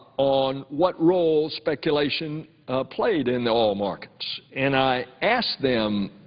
on what role speculation played in the oil markets. and i asked them,